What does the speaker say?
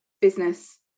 business